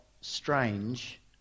strange